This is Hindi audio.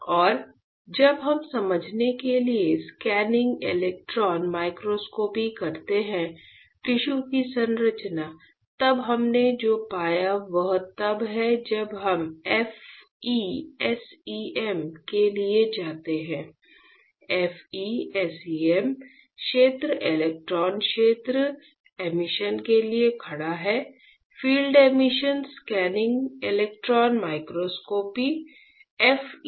और जब हम समझने के लिए स्कैनिंग इलेक्ट्रॉन माइक्रोस्कोपी करते हैं टिश्यू की संरचना तब हमने जो पाया वह तब है जब हम FE SEM के लिए जाते हैं FE SEMक्षेत्र इलेक्ट्रॉन क्षेत्र एमिशन के लिए खड़ा है field emission scanning electron microscopy FE SEM